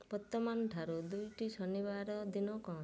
ବର୍ତ୍ତମାନ ଠାରୁ ଦୁଇଟି ଶନିବାର ଦିନ କ'ଣ